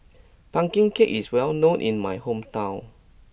Pumpkin Cake is well known in my hometown